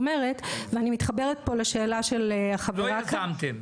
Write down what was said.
לא יזמתם?